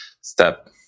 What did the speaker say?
step